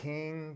King